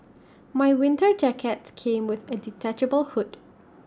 my winter jacket came with A detachable hood